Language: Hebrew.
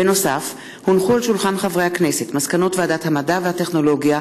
נוסף על כך הונחו על שולחן הכנסת מסקנות ועדת המדע והטכנולוגיה